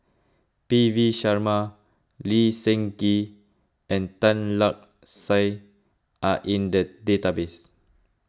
P V Sharma Lee Seng Gee and Tan Lark Sye are in the database